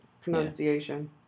pronunciation